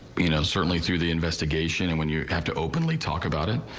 you know certainly through the investigation and when you have to openly talk about it.